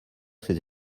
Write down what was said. ces